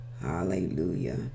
Hallelujah